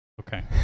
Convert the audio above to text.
okay